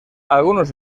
algunos